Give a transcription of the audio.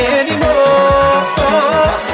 anymore